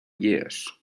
years